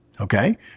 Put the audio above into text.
okay